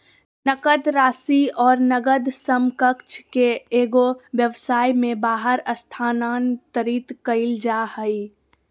नकद राशि और नकद समकक्ष के एगो व्यवसाय में बाहर स्थानांतरित कइल जा हइ